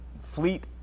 fleet